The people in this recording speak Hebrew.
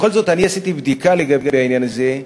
בכל זאת, אני עשיתי בדיקה לגבי העניין הזה,